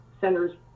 centers